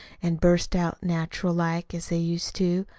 an' burst out natural-like, as they used to.